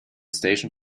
station